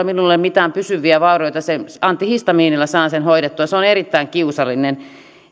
minulle mitään pysyviä vaurioita antihistamiinilla saan sen hoidettua se on erittäin kiusallinen